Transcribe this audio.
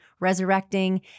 resurrecting